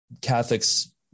catholics